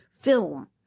film